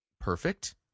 perfect